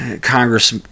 Congress